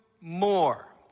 more